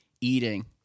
eating